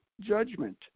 judgment